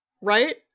Right